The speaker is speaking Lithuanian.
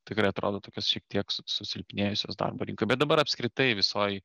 tikrai atrodo tokios šiek tiek su susilpnėjusios darbo rinkoj bet dabar apskritai visoj